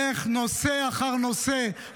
איך נושא אחר נושא,